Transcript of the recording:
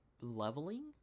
leveling